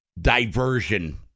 diversion